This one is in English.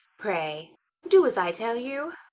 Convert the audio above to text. pray do as i tell you.